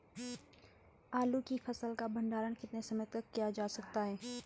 आलू की फसल का भंडारण कितने समय तक किया जा सकता है?